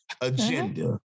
agenda